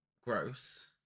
gross